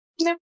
No